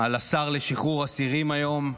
על השר לשחרור אסירים היום,